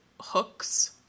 hooks